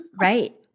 Right